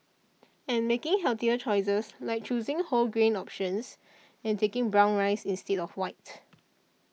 and making healthier choices like choosing whole grain options and taking brown rice instead of white